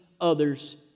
others